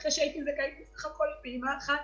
אחרי שהייתי זכאית בסך הכול לפעימה אחת,